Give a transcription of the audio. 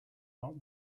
not